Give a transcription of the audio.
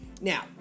Now